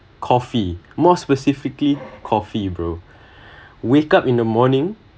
coffee more specifically coffee bro wake up in the morning